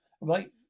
right